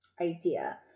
idea